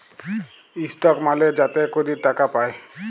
stock মালে যাতে ক্যরে টাকা পায়